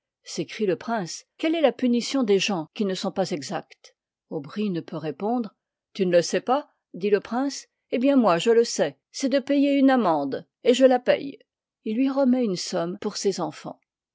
s'écrie le prince quelle est la punition des gens qui ne sont pas exacts aubry ne peut répondre tu ne le sais pas dit le prince ï èhî bien moi je le sais c'est de payer une amende et je la paye il lui remet une somme pour ses enfans